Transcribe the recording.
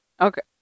Okay